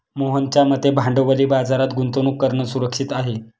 मोहनच्या मते भांडवली बाजारात गुंतवणूक करणं सुरक्षित आहे